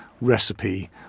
recipe